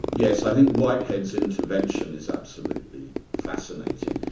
yes, i think whitehead's intervention is absolutely fascinating.